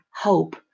Hope